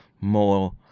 more